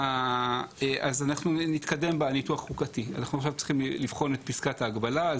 אנחנו עכשיו צריכים לבחון את פסקת ההגבלה.